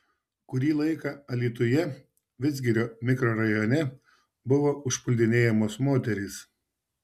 kurį laiką alytuje vidzgirio mikrorajone buvo užpuldinėjamos moterys